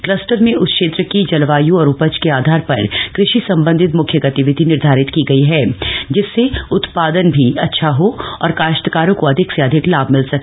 cluster में उस क्षेत्र की जलवायू और उपज के आधार पर कृषि संबंधित मुख्य गतिविधि निर्धारित की गई है जिससे उत्पादन भी अच्छा हो और काश्तकारों को अधिक से अधिक लाभ मिल सके